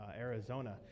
Arizona